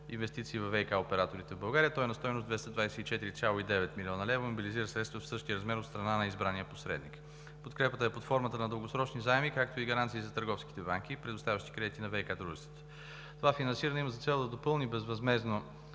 инвестиции във ВиК операторите в България. Той е на стойност 224,9 млн. лв. и мобилизира средства в същия размер от страна на избрания посредник. Подкрепата е под формата на дългосрочни заеми, както и гаранции за търговски банки, предоставящи кредити на ВиК дружества. Това финансиране има за цел да допълни безвъзмездното